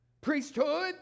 priesthood